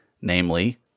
namely